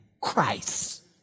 Christ